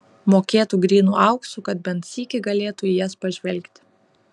mokėtų grynu auksu kad bent sykį galėtų į jas pažvelgti